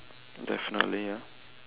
definitely ya